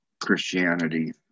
Christianity